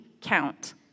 count